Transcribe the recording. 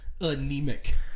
anemic